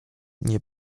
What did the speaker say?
nie